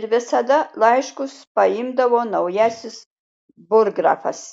ir visada laiškus paimdavo naujasis burggrafas